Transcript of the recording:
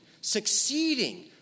succeeding